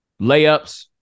layups